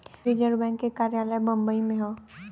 reserve bank के कार्यालय बम्बई में हौ